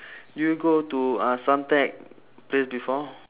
do you go to uh suntec place before